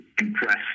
impressed